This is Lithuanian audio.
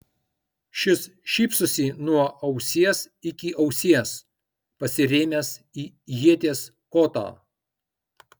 šis šypsosi nuo ausies iki ausies pasirėmęs į ieties kotą